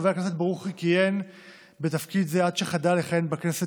חבר הכנסת ברוכי כיהן בתפקיד זה עד שחדל לכהן בכנסת